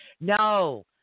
No